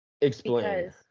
Explain